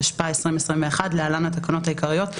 התשפ"א-2021 (להלן התקנות העיקריות),